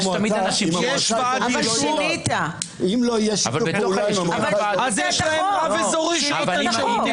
אם לא יהיה שיתוף פעולה עם --- יש להם רב אזורי שנותן שירותים,